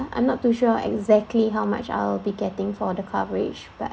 I'm not too sure exactly how much I'll be getting for the coverage but